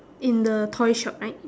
in the toy shop right